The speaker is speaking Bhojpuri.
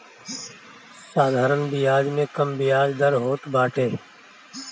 साधारण बियाज में कम बियाज दर होत बाटे